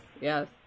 yes